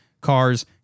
cars